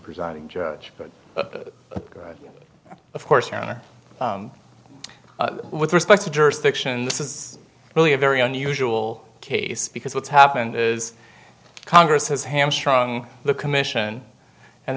presiding judge but of course your honor with respect to jurisdiction this is really a very unusual case because what's happened is congress has hamstrung the commission and